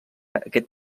aquest